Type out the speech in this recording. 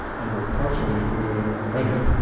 and we're partially the way there already,